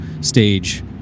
stage